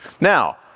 Now